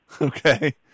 Okay